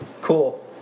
Cool